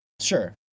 sure